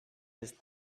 his